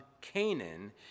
Canaan